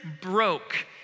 broke